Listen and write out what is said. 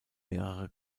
mehrere